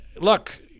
look